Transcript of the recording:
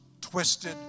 twisted